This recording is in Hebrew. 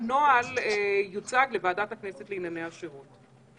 שהנוהל יוצג לוועדת הכנסת לענייני השירות.